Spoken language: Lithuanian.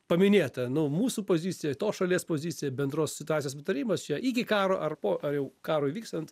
paminėta nu mūsų pozicija tos šalies pozicija bendros situacijos aptarimas čia iki karo ar po ar jau karui vykstant